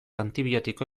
antibiotiko